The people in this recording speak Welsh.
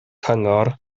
cyngor